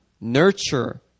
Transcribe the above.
nurture